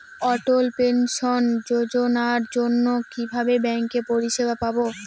অটল pension যোজনার জন্য কিভাবে ব্যাঙ্কে পরিষেবা পাবো?